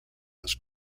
was